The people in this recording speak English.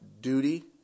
duty